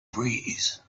breeze